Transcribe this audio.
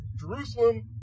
Jerusalem